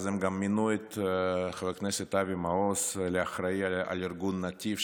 הם גם מינו את חבר הכנסת אבי מעוז לאחראי על ארגון נתיב,